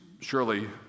surely